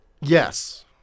Yes